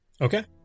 Okay